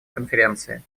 конференции